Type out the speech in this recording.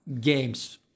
games